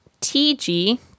TG